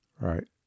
Right